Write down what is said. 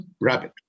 rabbit